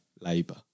Labour